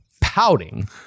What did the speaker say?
pouting